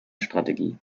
strategie